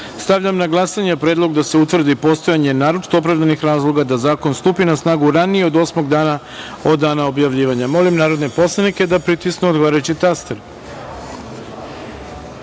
ugovori“.Stavljam na glasanje predlog da se utvrdi postojanje naročito opravdanih razloga da zakon stupi na snagu ranije od osmog dana od dana objavljivanja. Molim narodne poslanike da pritisnu odgovarajući